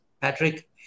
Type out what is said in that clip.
Patrick